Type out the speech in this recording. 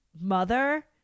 mother